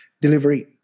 delivery